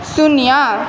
शून्य